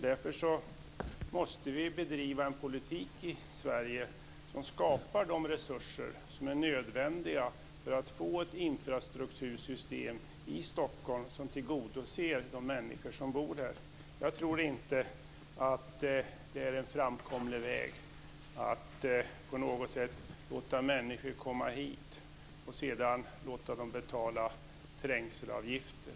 Därför måste vi bedriva en politik i Sverige som skapar de resurser som är nödvändiga för att vi ska få ett infrastruktursystem i Stockholm som tillgodoser de människor som bor här. Jag tror inte att det är en framkomlig väg att låta människor komma hit och sedan låta dem betala trängselavgifter.